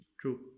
True